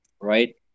right